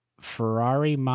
ferrari